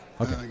Okay